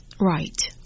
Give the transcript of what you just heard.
Right